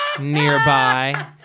nearby